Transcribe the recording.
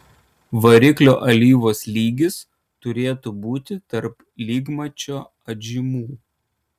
variklio alyvos lygis turėtų būti tarp lygmačio atžymų